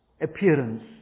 appearance